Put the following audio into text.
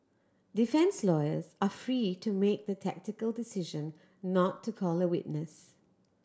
defence lawyers are free to make the tactical decision not to call a witness